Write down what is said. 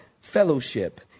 Fellowship